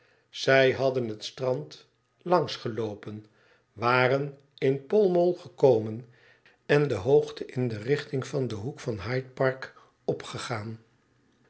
zij hadden het strand langs geloopen waren in pall mali gekomen en de hoogte in de richting van den hoek van hyde park opgegaan